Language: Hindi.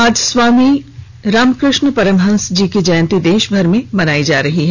आज स्वामी रामकृष्ण परमहंस जी की जयंती देश भर में मनाई जा रही है